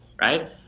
Right